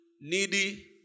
needy